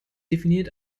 definiert